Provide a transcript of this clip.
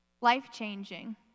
life-changing